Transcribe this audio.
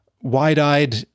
wide-eyed